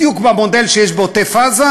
בדיוק במודל שיש בעוטף-עזה,